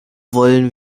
wollen